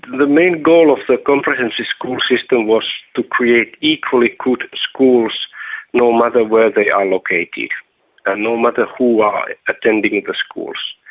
the main goal of the comprehensive school system was to create equally good schools no matter where they are located and ah no matter who are attending the schools.